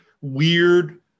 weird